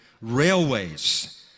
railways